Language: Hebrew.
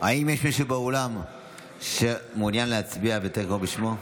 האם יש מישהו באולם שמעוניין להצביע ולא קראו בשמו?